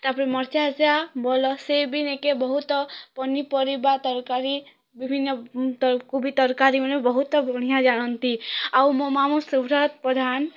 ତା ପରେ ମାର୍ଚିଆସା ସେ ବି ନିକେ ବହୁତ ପନିପରିବା ତରକାରୀ ବିଭିନ୍ନ ତର କୋବି ତରକାରୀ ମାନେ ବହୁତ ବଢ଼ିଆ ଜାଣନ୍ତି ଆଉ ମୋ ମାମୁଁ ସୁବ୍ରତ ପ୍ରଧାନ